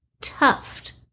Tuft